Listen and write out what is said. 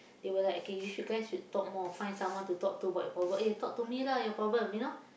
they will like okay you should guys should talk more find someone to talk to about your problem eh talk to me lah your problem you know